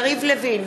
יריב לוין,